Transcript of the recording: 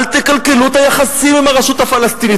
אל תקלקלו את היחסים עם הרשות הפלסטינית.